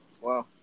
wow